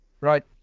right